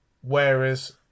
Whereas